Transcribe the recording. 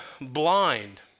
blind